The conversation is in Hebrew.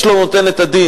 איש לא נותן את הדין.